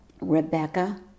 Rebecca